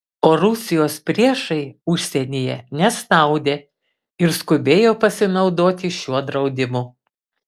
o rusijos priešai užsienyje nesnaudė ir skubėjo pasinaudoti šiuo draudimu